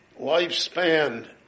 lifespan